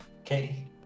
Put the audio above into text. Okay